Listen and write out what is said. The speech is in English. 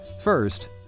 First